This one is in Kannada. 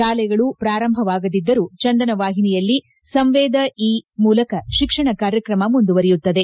ಶಾಲೆಗಳು ಪೂರಂಭವಾಗದಿದ್ದರೂ ಚಂದನ ವಾಹಿನಿಯಲ್ಲಿ ಸಂವೇದ ಇ ಮೂಲಕ ಶಿಕ್ಷಣ ಕಾರ್ಯಕ್ರಮ ಮುಂದುವರಿಯುತ್ತದೆ